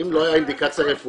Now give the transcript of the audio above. אם לא הייתה אינדיקציה רפואית,